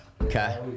Okay